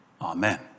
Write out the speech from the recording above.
Amen